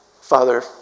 Father